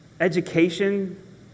Education